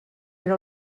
era